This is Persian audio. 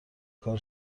کار